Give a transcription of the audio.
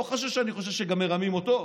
לא חשוב שאני חושב שגם מרמים אותו,